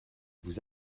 vous